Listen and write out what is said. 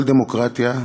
כל דמוקרטיה,